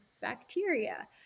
bacteria